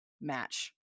match